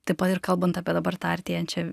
taip pat ir kalbant apie dabar tą artėjančią